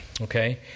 okay